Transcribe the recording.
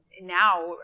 now